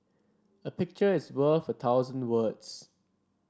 a picture is worth a thousand words